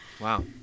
wow